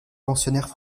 pensionnaires